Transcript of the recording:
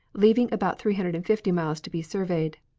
leaving about three hundred and fifty miles to be surveyed,